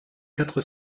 quatre